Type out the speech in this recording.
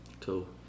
Cool